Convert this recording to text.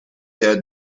had